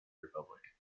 republic